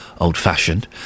old-fashioned